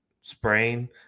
sprain